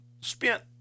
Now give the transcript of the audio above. spent